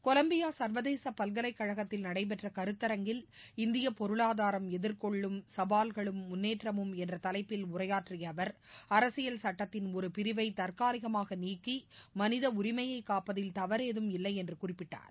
Colombia சர்வதேச பல்கலைக் கழகத்தில் நடைபெற்ற கருத்தரங்கில் இந்திய பொருளாதாரம் எதிர்கொள்ளும் சவால்களும் முன்னேற்றமும் என்ற தவைப்பில் உரையாற்றிய அவர் அரசியல் சட்டத்தின் ஒரு பிரிவை தற்காலிகமாக நீக்கி மனித உரிமையை காப்பதில் தவறு ஏதும் இல்லை என்றும் அவர் குறிப்பிட்டார்